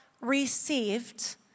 received